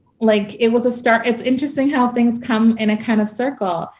like it was a start. it's interesting how things come in a kind of circle.